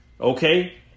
Okay